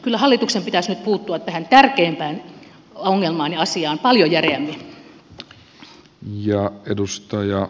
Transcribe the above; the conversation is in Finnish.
kyllä hallituksen pitäisi nyt puuttua tähän tärkeimpään ongelmaan ja asiaan paljon järeämmin